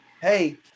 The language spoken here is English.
hey